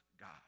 God